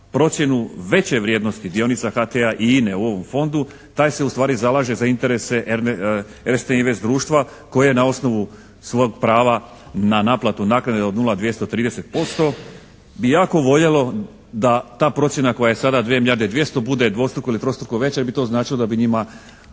procjenu veće vrijednosti dionica HT-a i INA-e u ovom fondu taj se ustvari zalaže za interese Erste Invest društva koje na osnovu svog prava na naplatu naknade od 0230% bi jako voljelo da ta procjena koja je sada 2 milijarde 200 bude dvostruko ili trostruko veća jer bi to značilo da bi njima